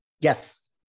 Yes